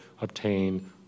obtain